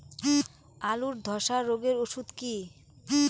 আলুর ধসা রোগের ওষুধ কি?